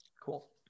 Cool